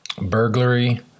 burglary